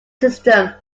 system